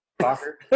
Soccer